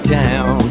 town